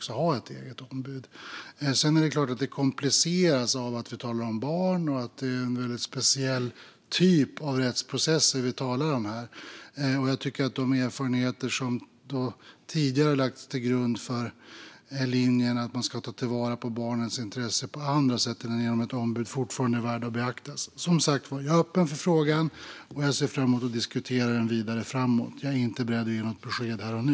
Sedan är det klart att detta kompliceras av att vi talar om barn och en väldigt speciell typ av rättsprocesser. Och jag tycker att de erfarenheter som tidigare har lagts till grund för linjen att man ska ta vara på barnens intressen på andra sätt än genom ett ombud fortfarande är värda att beakta. Som sagt: Jag är öppen för frågan, och jag ser fram emot att diskutera den vidare framåt. Jag är inte beredd att ge något besked här och nu.